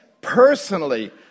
personally